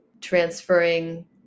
transferring